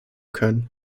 können